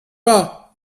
pas